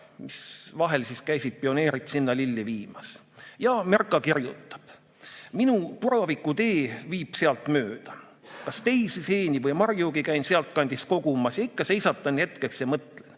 kuhu vahel käisid pioneerid lilli viimas. Merca kirjutas: "Minu "puravikutee" viib sealt mööda. Ka teisi seeni või marjugi käin sealtkandist kogumas. Ikka seisatan hetkeks ja mõtlen: